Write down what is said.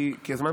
כי הזמן קצר,